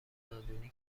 نادونی